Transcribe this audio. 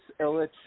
Illich